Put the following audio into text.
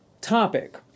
topic